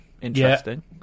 interesting